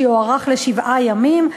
שיוארך לשבעה ימים,